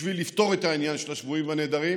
בשביל לפתור את עניין השבויים והנעדרים